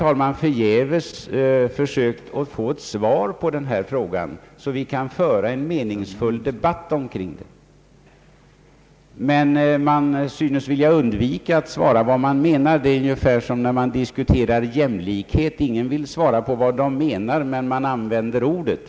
Jag har förgäves försökt få svar på min fråga, så att vi kan föra en meningsfull debatt. Man synes vilja undvika att svara och klargöra vad man menar. Det är ungefär som när man diskuterar jämlikhet. Ingen vill egentligen klart säga vad han menar, men alla använder ordet.